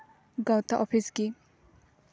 ᱜᱟᱶᱛᱟ ᱚᱯᱷᱤᱥ ᱜᱮ